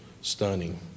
stunning